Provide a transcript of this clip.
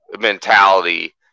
mentality